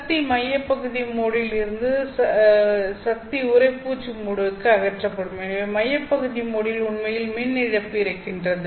சக்தி மையப்பகுதி மோடில் இருந்து சக்தி உறைப்பூச்சு மோடுக்கு அகற்றப்படும் எனவே மையப்பகுதி மோடில் உண்மையில் மின் இழப்பு இருக்கின்றது